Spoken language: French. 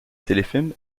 téléfilm